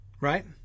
Right